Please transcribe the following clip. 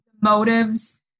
Motives